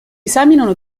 esaminano